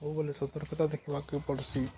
ସବୁବେଳେ ସତର୍କତା ଦେଖିବାକୁ ପଡ଼୍ସି